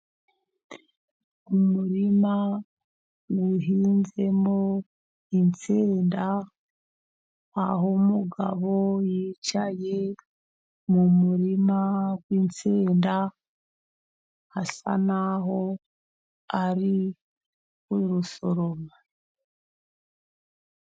Umurima ni uhinzemo insenda, aho umugabo yicaye mu murima w'insenda, asa n'aho ari kurusoroma.